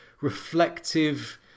reflective